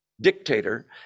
dictator